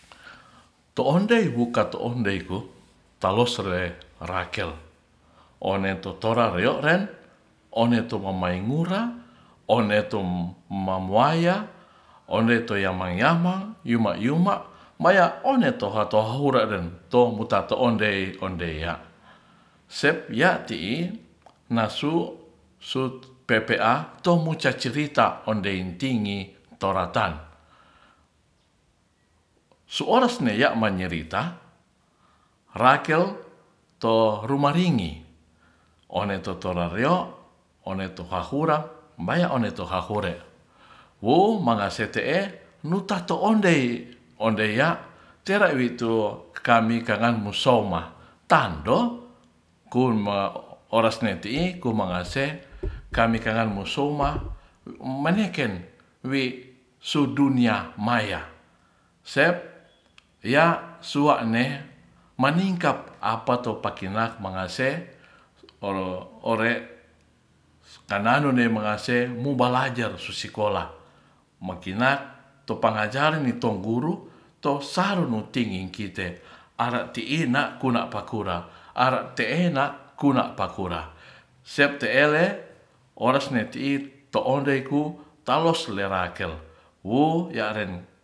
To'ondei wuka to'ondei tu rakel one totora'reo'ren one'tu mamaimura one'tu mamuaya one'tu yamang-yamang yu'ma-yu'ma maya one'to toha-toha hureren tom mutate ondei- ya' sep ya'ti'i nasu' suk pe'pea tomucacirita ondeingitinggi toratan su'oras nei ya'manyerita rakel to rumaringgi one'to tora reo one'to wohahura mbaya one'to hahure wu mangase te'e nutato ondei- ya' cere'wi'tu kami kanggan musouma tando kun ma ores ne ti'i kumangase kami kanan musoma maneken wi'sidun ya maya sep ya'suwa'ne maningkap apato pakinap mangase e ore'skananu ne mangase mubalajar susikola makina topngajarni tong guru tosarnu tinggin kite ara ti'in na kuna pakura ara'te'na kuna pakura sep te'ele ores ne ti'i toundeiku talosrelakel wu ya'ren